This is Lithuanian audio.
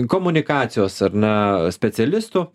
komunikacijos ar ne specialistų